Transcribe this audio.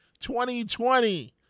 2020